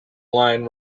lion